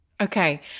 Okay